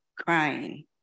crying